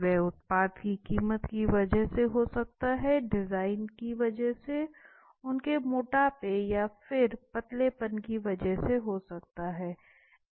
यह उत्पाद की कीमत की वजह से हो सकता है डिजाइन की वजह से उनके मोटापे या बहुत पतलेपन की वजह से हो सकता है